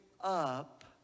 up